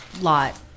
lot